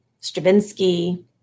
Stravinsky